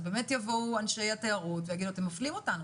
יבואו אנשי התיירות ויגידו: אתם מפלים אותנו.